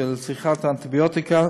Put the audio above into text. צריכת אנטיביוטיקה,